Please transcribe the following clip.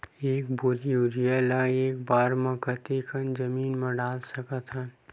एक बोरी यूरिया ल एक बार म कते कन जमीन म डाल सकत हन?